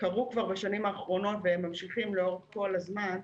שקרו כבר בשנים האחרונות והם ממשיכים לאורך כל הזמן,